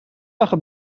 آخه